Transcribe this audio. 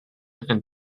and